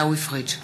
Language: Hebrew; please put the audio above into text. תודה.